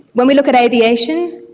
when we look at aviation,